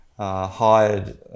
Hired